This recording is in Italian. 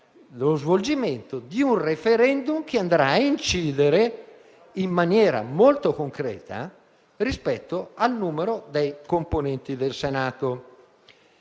svolgimento di un *referendum* che inciderà in maniera molto concreta rispetto al numero dei componenti del Senato.